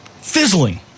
Fizzling